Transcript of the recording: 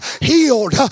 healed